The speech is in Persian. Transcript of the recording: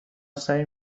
سعی